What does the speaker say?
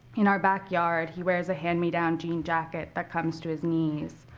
in our backyard, he wears a hand-me-down jean jacket that comes to his knees,